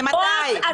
ממתי?